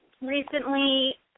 recently